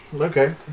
Okay